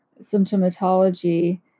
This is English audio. symptomatology